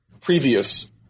previous